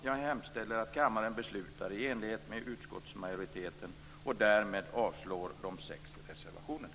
Jag hemställer att kammaren beslutar i enlighet med utskottsmajoritetens hemställan och därmed avslår de sex reservationerna.